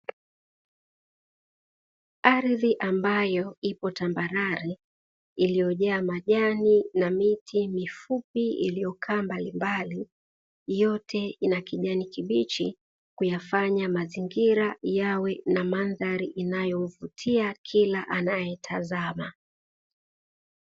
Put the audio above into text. Ardhi ambayo ipo tambarare iliyojaa majani na miti mifupi iliyokaa mbalimbali, yote ina kijani kibichi kuyafanya mazingira yawe na mdhari inayomvutia kila anaetazama.